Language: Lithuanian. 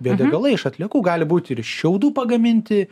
biodegalai ir iš atliekų gali būti ir šiaudų pagaminti